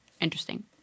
interesting